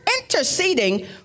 interceding